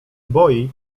boi